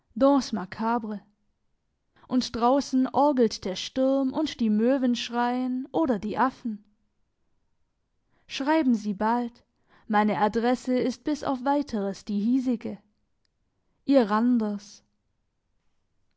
und draussen orgelt der sturm und die möven schreien oder die affen schreiben sie bald meine adresse ist bis auf weiteres die hiesige ihr randers